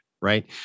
right